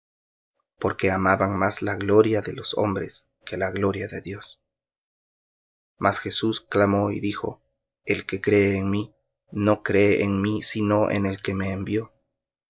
porque amaban más la gloria de los hombres que la gloria de dios mas jesús clamó y dijo el que cree en mí no cree en mí sino en el que me envió